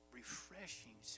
refreshing